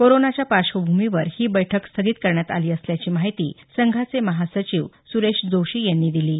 कोरोनाच्या पार्श्वभूमीवर ही बैठक स्थगित करण्यात आली असल्याची माहिती संघाचे महासचिव सुरेश जोशी यांनी दिली आहे